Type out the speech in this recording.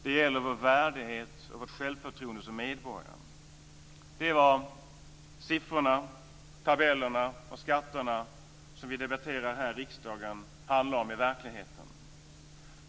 Det gäller värdigheten och självförtroendet hos oss som medborgare. Det är vad de siffror, tabeller och skatter som vi debatterar här i riksdagen i verkligheten handlar om.